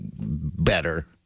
better